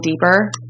Deeper